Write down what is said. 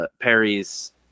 Perry's